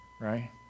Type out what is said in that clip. right